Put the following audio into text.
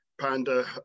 Panda